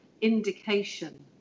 indication